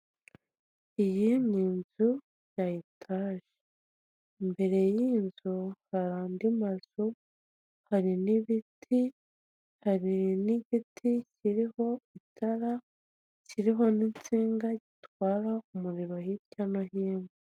Iyi ni inzu ya etaje imbere y'inzu hari andi mazu, hari n'ibiti, hari n'igiti kiriho itara kiriho n'insinga gitwara umuriro hirya no hino.